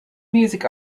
music